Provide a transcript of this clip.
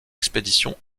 expédition